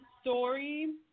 story